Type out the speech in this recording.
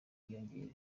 yiyongera